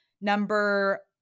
number